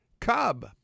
Cub